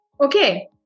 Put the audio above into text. Okay